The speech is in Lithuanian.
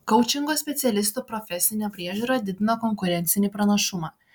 koučingo specialistų profesinė priežiūra didina konkurencinį pranašumą